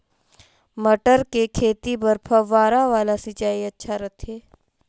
मटर के खेती बर फव्वारा वाला सिंचाई अच्छा रथे?